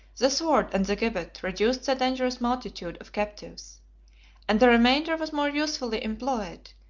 the sword and the gibbet reduced the dangerous multitude of captives and the remainder was more usefully employed,